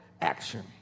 action